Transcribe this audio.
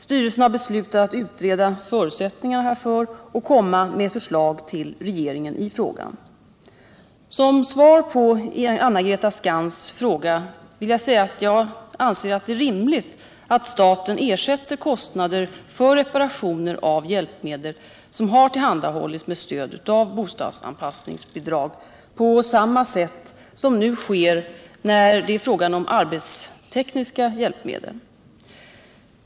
Styrelsen har beslutat att utreda förutsättningarna härför och komma med förslag till regeringen i frågan. Som svar på Anna-Greta Skantz fråga vill jag säga att jag anser att det är rimligt att staten ersätter kostnader för reparationer av hjälpmedel som har tillhandahållits med stöd av bostadsanpassningsbidrag på samma sätt som nu sker när det är fråga om arbetstekniska hjälpmedel.